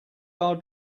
are